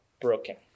broken